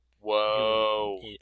Whoa